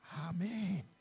Amen